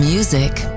Music